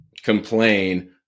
Complain